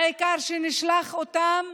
העיקר שנשלח אותם